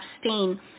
abstain